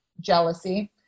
jealousy